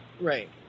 Right